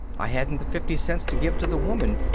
i hadn't the fifty cents to give to the woman.